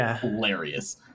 hilarious